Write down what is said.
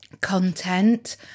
content